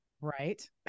right